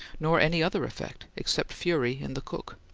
nor any other effect, except fury in the cook.